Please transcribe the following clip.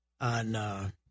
on